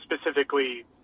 specifically